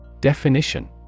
Definition